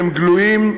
הם גלויים.